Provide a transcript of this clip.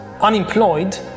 unemployed